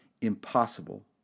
impossible